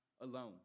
alone